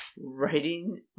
writing